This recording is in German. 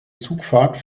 zugfahrt